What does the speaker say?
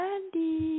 Andy